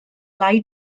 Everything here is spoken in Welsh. lai